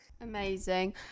amazing